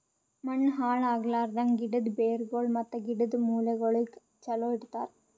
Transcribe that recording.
ಮಣ್ಣ ಹಾಳ್ ಆಗ್ಲಾರ್ದಂಗ್, ಗಿಡದ್ ಬೇರಗೊಳ್ ಮತ್ತ ಗಿಡದ್ ಮೂಲೆಗೊಳಿಗ್ ಚಲೋ ಇಡತರ್